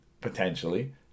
potentially